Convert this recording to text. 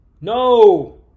No